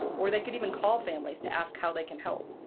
or they could even call families to ask how they can help.